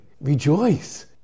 rejoice